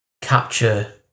capture